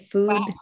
Food